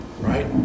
right